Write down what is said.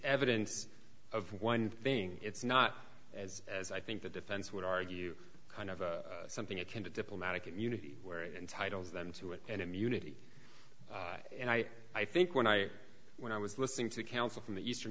evidence of one thing it's not as as i think the defense would argue kind of a something akin to diplomatic immunity where entitles them to it and immunity and i i think when i when i was listening to the counsel from the eastern